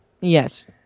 yes